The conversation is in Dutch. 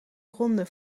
ronde